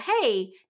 hey